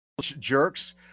jerks